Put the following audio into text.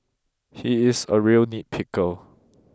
he is a real nitpicker